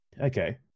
Okay